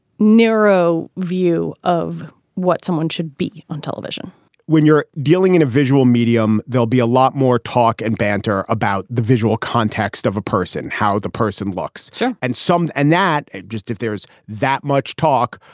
narrow view of what someone should be on television when you're dealing in a visual medium, there'll be a lot more talk and banter about the visual context of a person, how the person looks so and some and that just if there's that much talk.